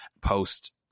post